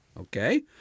okay